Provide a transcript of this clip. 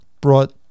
brought